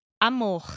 Amor